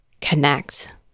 connect